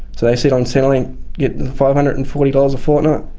so they sit on centrelink, get the five hundred and forty dollars a fortnight,